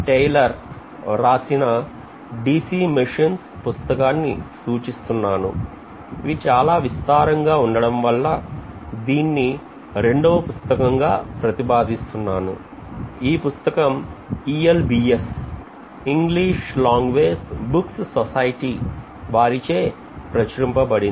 Taylor వ్రాసిన DC machines పుస్తకాన్ని సూచిస్తున్నాను ఇవి చాలా విస్తారంగా ఉండడంవల్ల దీన్ని రెండవ పుస్తకంగా ప్రతిపాదిస్తున్నాను ఈ పుస్తకం ELBS English language books society వారిచే ప్రచురింపబడింది